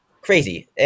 Crazy